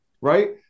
right